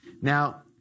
Now